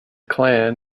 clan